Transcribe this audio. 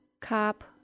cop